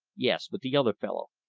yes, but the other fellow.